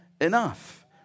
enough